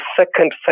second